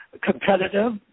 Competitive